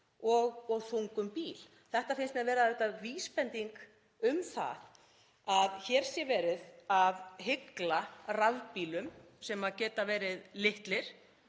og þungum bíl. Þetta finnst mér vera vísbending um það að hér sé verið að hygla rafbílum sem geta verið litlir,